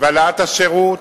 העלאת השירות